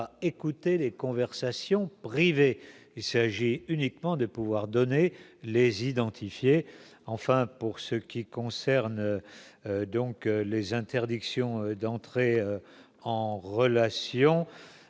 écouter les conversations rivés, il s'agit uniquement de pouvoir donner les identifier enfin pour ce qui concerne donc les interdictions d'entrer en relation